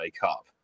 Cup